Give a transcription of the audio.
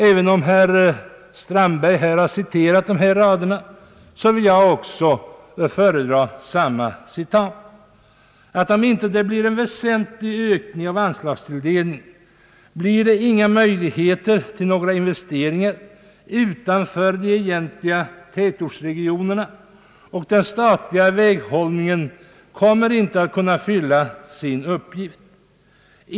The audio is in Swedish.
Även om herr Strandberg citerat dessa rader vill jag också föredra dem: Om det inte blir en väsentlig ökning av anslagstilldelningen blir det inga möjligheter till några investeringar utanför de egentliga tätortsregionerna, och den statliga väghållningen kommer inte att kunna fylla sin uppgift.